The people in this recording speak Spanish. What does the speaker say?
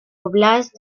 óblast